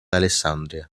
alessandria